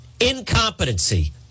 Incompetency